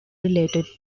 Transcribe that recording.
related